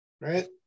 right